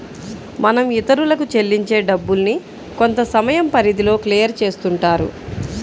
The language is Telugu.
మనం ఇతరులకు చెల్లించే డబ్బుల్ని కొంతసమయం పరిధిలో క్లియర్ చేస్తుంటారు